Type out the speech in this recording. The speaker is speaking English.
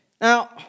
Now